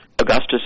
Augustus